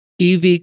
EV